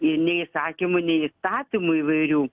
ir nei įsakymų nei įstatymų įvairių